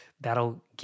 that'll